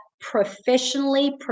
professionally